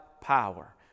power